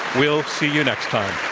we'll see you next time.